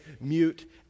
mute